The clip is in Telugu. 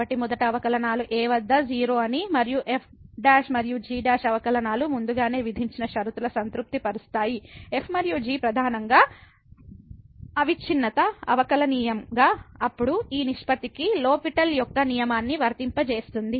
కాబట్టి మొదటి అవకలనాలు a వద్ద 0 అని మరియు f మరియు g అవకలనాలు ముందుగానే విధించిన షరతులు సంతృప్తి పరుస్తాయి f మరియు g ప్రధానంగా అవిచ్ఛిన్నత అవకలనియమంగా అప్పుడు ఈ నిష్పత్తికి లో పిటెల్ L'Hospital యొక్క నియమాన్ని వర్తింపజేస్తుంది